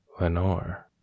Lenore